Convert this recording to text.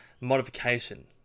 modification